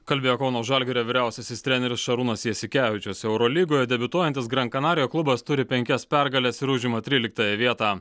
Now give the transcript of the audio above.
kalbėjo kauno žalgirio vyriausiasis treneris šarūnas jasikevičius eurolygoje debiutuojantis gran kanarija klubas turi penkias pergales ir užima tryliktąją vietą